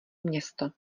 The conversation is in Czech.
město